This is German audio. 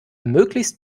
möglichst